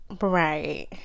Right